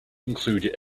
include